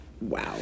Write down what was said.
Wow